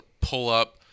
pull-up